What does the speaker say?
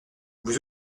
vous